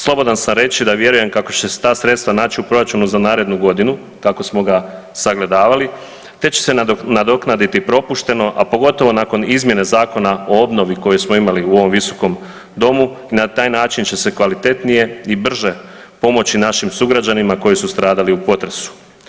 Slobodan sam reći da vjerujem kako će se ta sredstva naći u proračunu za narednu godinu kako smo ga sagledavali, te će se nadoknaditi propušteno, a pogotovo nakon izmjene Zakona o obnovi, koju smo imali u ovom visokom domu i na taj način će se kvalitetnije i brže pomoći našim sugrađanima koji su stradali u potresu.